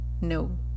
no